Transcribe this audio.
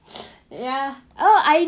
ya oh I